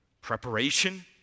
Preparation